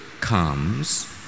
comes